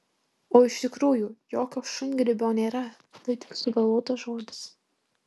o iš tikrųjų jokio šungrybio nėra tai tik sugalvotas žodis